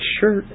shirt